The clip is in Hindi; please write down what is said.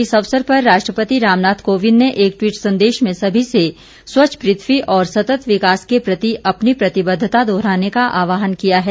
इस अवसर पर राष्ट्रपति रामनाथ कोविंद ने एक टिवट संदेश में सभी से स्वच्छ पृथ्वी और सतत विकास के प्रति अपनी प्रतिबद्धता दोहराने का आहवान किया है